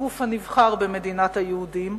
הגוף הנבחר במדינת היהודים,